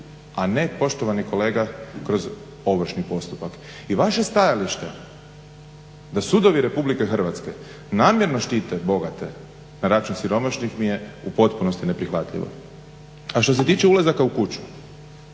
a ne poštovani kolega kroz ovršni postupak. I vaše stajalište da sudovi Republike Hrvatske namjerno štite bogate na račun siromašnih mi je u potpunosti neprihvatljivo. A što se tiče ulazaka u kuću